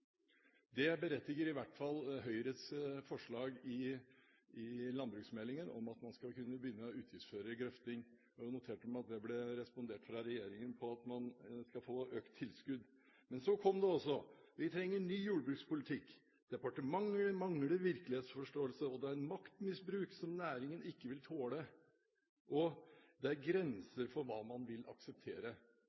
Det berettiger i hvert fall Høyres forslag til landbruksmeldingen, om at man skal kunne begynne å utgiftsføre grøfting. Jeg noterte meg at det ble respondert med fra regjeringen at man skal få økt tilskudd. Men så kom det også: Vi trenger ny jordbrukspolitikk. Departementet mangler virkelighetsforståelse, og det er maktmisbruk som næringen ikke vil tåle, og det er grenser for hva man vil akseptere.